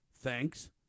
Thanks